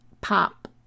pop